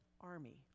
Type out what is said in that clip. army